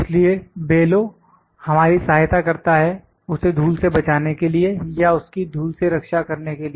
इसलिए बेलो हमारी सहायता करता है उसे धूल से बचाने के लिए या उसकी धूल से रक्षा करने के लिए